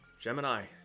Gemini